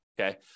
Okay